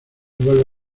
vuelve